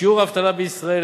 שיעור האבטלה בישראל,